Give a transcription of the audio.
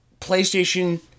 playstation